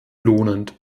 lohnend